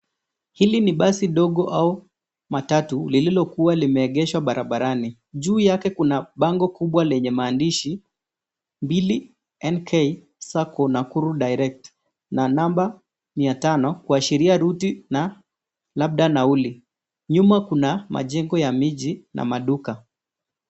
Hili ni basi dogo au matatu lililokuwa limeegeshwa barabarani. Juu yake kuna bango kubwa lenye maandishi 2nk sacco nakuru direct na namba mia tano kuashiria ruti na labda nauli. Nyuma kuna majengo ya miji na maduka.